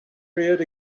reared